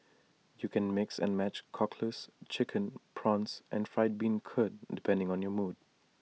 you can mix and match Cockles Chicken Prawns and Fried Bean Curd depending on your mood